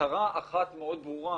מטרה אחת מאוד ברורה.